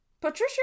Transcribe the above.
Patricia